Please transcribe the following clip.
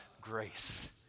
Grace